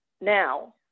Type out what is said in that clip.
Now